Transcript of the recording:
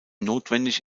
notwendig